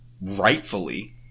rightfully